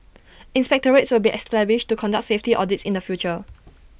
inspectorates will be established to conduct safety audits in the future